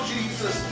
Jesus